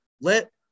let –